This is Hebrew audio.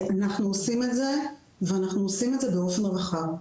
אנחנו עושים את זה ואנחנו עושים את זה באופן רחב,